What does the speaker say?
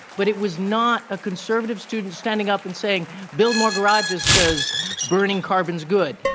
but it was not a conservative student standing up and saying, build more garages because burning carbon's good.